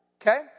okay